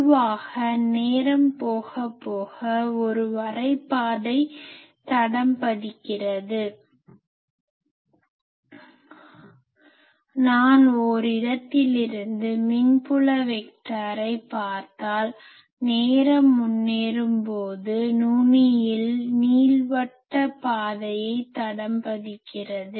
பொதுவாக நேரம் போக போக ஒரு வரைபாதை தடம் பதிகிறது நான் ஓரிடத்தில் இருந்து மின்புல வெக்டாரை பார்த்தால் நேரம் முன்னேறும்போது நுணியில் நீள்வட்ட பாதையை தடம் பதிக்கிறது